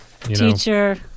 teacher